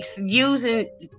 using